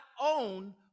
own